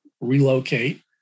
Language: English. relocate